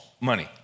money